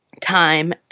time